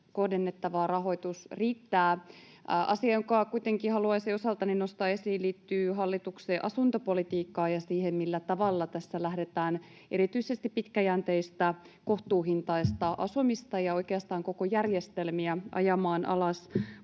rahoitus riittää. Asia, jonka kuitenkin haluaisin osaltani nostaa esiin, liittyy hallituksen asuntopolitiikkaan ja siihen, millä tavalla tässä lähdetään erityisesti pitkäjänteistä, kohtuuhintaista asumista ja oikeastaan koko järjestelmiä ajamaan alas.